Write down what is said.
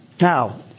Now